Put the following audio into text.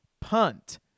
Punt